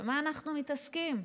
במה אנחנו מתעסקים?